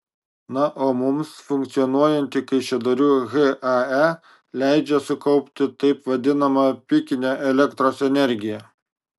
na o mums funkcionuojanti kaišiadorių hae leidžia sukaupti taip vadinamą pikinę elektros energiją